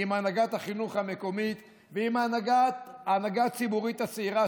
עם הנהגת החינוך המקומית ועם ההנהגה הציבורית הצעירה